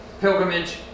pilgrimage